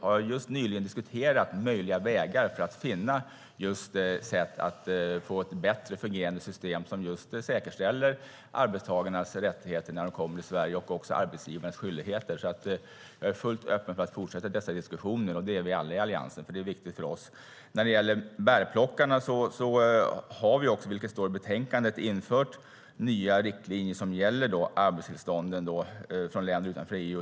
Jag har nyligen diskuterat möjliga vägar för att finna sätt att få ett bättre fungerande system som säkerställer arbetstagarnas rättigheter när de kommer till Sverige och också arbetsgivarnas skyldigheter. Jag är fullt öppen för att fortsätta dessa diskussioner. Det är vi alla i Alliansen. Det är viktigt för oss. När det gäller bärplockarna har vi, vilket också står i betänkandet, infört nya riktlinjer som gäller arbetstillstånden för personer från länder utanför EU.